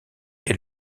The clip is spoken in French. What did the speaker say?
est